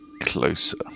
Closer